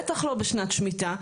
בטח לא בשנת שמיטה,